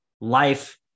life